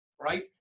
right